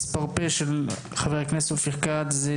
הצעת החוק של חבר הכנסת אופיר כץ,